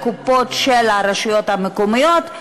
לקופות של הרשויות המקומיות,